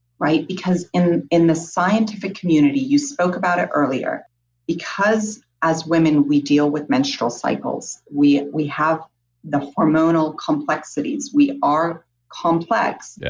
because in in the scientific community you spoke about it earlier because as women we deal with menstrual cycles, we we have the hormonal complexities, we are complex. yeah